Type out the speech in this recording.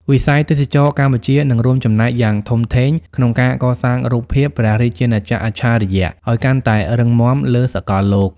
វិស័យទេសចរណ៍កម្ពុជានឹងរួមចំណែកយ៉ាងធំធេងក្នុងការកសាងរូបភាព "ព្រះរាជាណាចក្រអច្ឆរិយ" ឱ្យកាន់តែរឹងមាំលើសកលលោក។